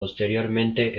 posteriormente